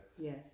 Yes